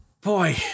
Boy